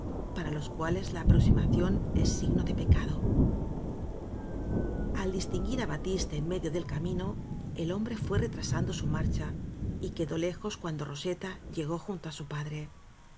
para los cuales la aproxi mación es signo de pecado al distinguir á batiste en medio del camino el hombre fué retrasando su marcha y que dó lejos cuando roseta llegó junto á su padre